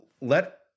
let